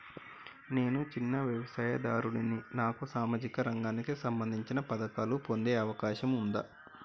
నేను చిన్న వ్యవసాయదారుడిని నాకు సామాజిక రంగానికి సంబంధించిన పథకాలు పొందే అవకాశం ఉందా?